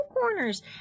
corners